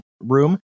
room